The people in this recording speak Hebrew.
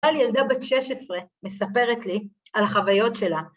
‫אבל ילדה בת 16 מספרת לי ‫על החוויות שלה.